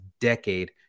decade